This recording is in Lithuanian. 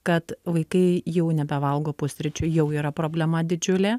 kad vaikai jau nebevalgo pusryčių jau yra problema didžiulė